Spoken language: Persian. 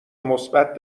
مثبت